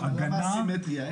בהגנה אין סימטריה.